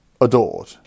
adored